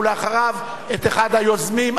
ולאחריו את אחד היוזמים,